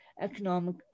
economic